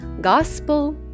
Gospel